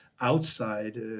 outside